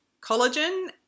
collagen